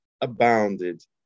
abounded